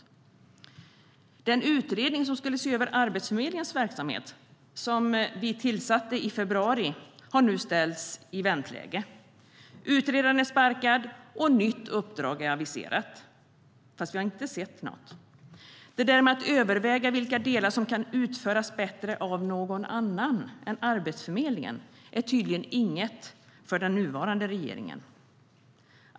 Den utredning som skulle se över hela Arbetsförmedlingens verksamhet som vi tillsatte i februari har nu ställts i vänteläge. Utredaren är sparkad, och nytt uppdrag är aviserat, fast vi har inte sett något. Det där med att överväga vilka delar som kan utföras bättre av någon annan än Arbetsförmedlingen är tydligen inget för den nuvarande regeringen.